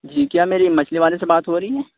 جی کیا میری مچھلی والے سے بات ہو رہی ہے